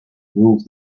move